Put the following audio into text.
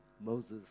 Moses